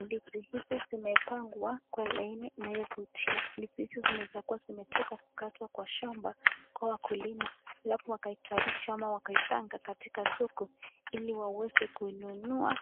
Ndizi hizi zimepangwa kwa laini inayovutia. Ndizi hizi zinaezakuwa zimetokakukatwa kwa shamba kwa wakulima. Alafu wakaitayarisha ama wakaipanga kwa soko ili waweze kuinunua